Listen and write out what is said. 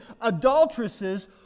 adulteresses